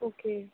okay